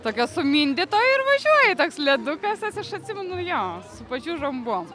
tokio sumindyto ir važiuoji toks ledukas as aš atsimenu jo su pačiūžom buvom